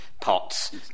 pots